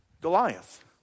Goliath